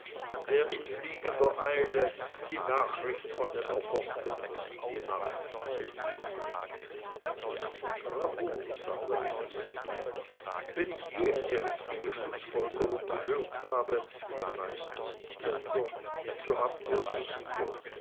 der in fliegender eile die nachricht von dem erfochtenen siege nach zellin bringt bravo sagte melusine wenn ich je eine richtige schlußfolgerung gehört habe die meisten sind blender so haben wir sie hier